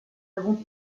avons